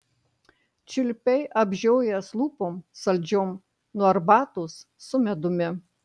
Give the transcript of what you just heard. čiulpei apžiojęs lūpom saldžiom nuo arbatos su medumi